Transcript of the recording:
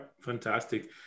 fantastic